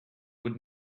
would